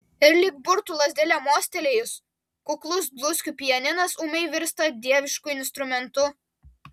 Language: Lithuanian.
ir lyg burtų lazdele mostelėjus kuklus dluskių pianinas ūmai virsta dievišku instrumentu